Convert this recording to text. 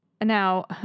Now